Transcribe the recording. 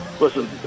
listen